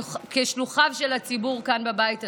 כשלוחיו של הציבור כאן בבית הזה,